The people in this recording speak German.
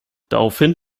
daraufhin